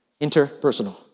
Interpersonal